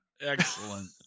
Excellent